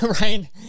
right